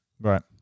Right